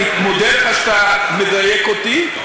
אני מודה לך שאתה מדייק אותי.